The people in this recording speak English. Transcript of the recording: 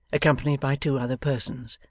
accompanied by two other persons.